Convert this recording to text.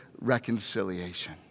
reconciliation